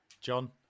John